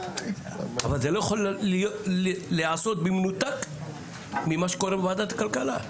אבל זה לא יכול להיעשות במנותק ממה שקורה בוועדת הכלכלה.